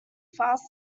fast